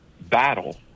battle